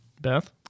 Beth